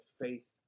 faith